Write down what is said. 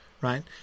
right